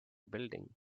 building